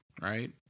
right